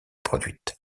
produite